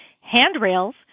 Handrails